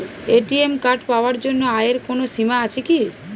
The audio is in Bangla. এ.টি.এম কার্ড পাওয়ার জন্য আয়ের কোনো সীমা আছে কি?